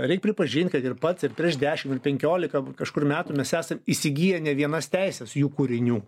reik pripažinti kad ir pats ir prieš dešim ir penkiolika kažkur metų mes esam įsigiję ne vienas teises jų kūrinių